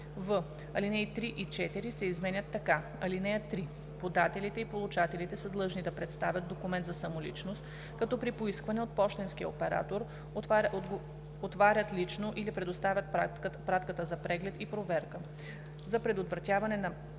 в) алинеи 3 и 4 се изменят така: „(3) Подателите и получателите са длъжни да представят документ за самоличност, като при поискване от пощенския оператор отварят лично или предоставят пратката за преглед и проверка.